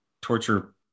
torture